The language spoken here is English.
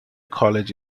college